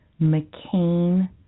McCain